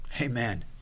Amen